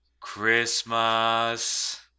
Christmas